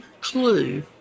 clue